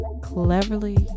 cleverly